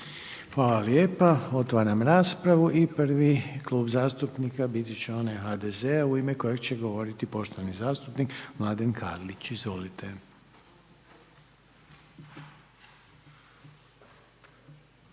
Hvala lijepa. Otvaram raspravu. I prvi Klub zastupnika bit će onaj HDZ-a u ime kojeg će govoriti poštovani zastupnik Mladen Karlić. Izvolite.